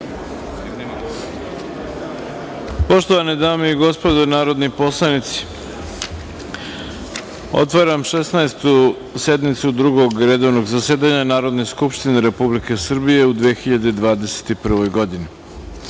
Poštovane dame i gospodo narodni poslanici, otvaram Šesnaestu sednicu Drugog redovnog zasedanja Narodne skupštine Republike Srbije u 2021. godini. Pozivam